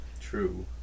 True